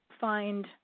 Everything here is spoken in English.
find